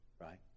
Right